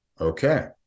Okay